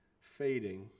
fading